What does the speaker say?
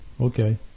Okay